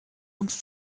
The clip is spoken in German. uns